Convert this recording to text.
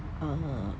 um